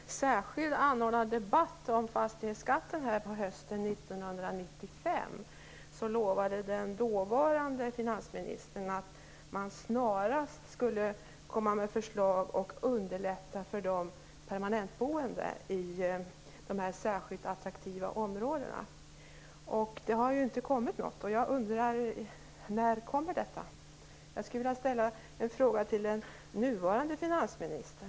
Fru talman! Vid en särskilt anordnad debatt om fastighetsskatten här på hösten 1995 lovade den dåvarande finansministern att man snarast skulle komma med förslag och underlätta för de permanentboende i särskilt attraktiva områden. Men det har ju inte kommit något. Jag undrar när detta kommer. Jag skulle vilja ställa den frågan till den nuvarande finansministern.